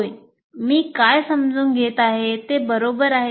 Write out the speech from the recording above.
होय मी काय समजून घेत आहे ते बरोबर आहे